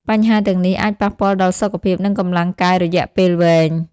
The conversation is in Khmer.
បញ្ហាទាំងនេះអាចប៉ះពាល់ដល់សុខភាព និងកម្លាំងកាយរយៈពេលវែង។